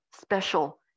special